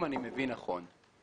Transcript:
אם אני מבין נכון.